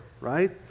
right